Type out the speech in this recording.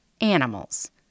Animals